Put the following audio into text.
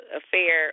affair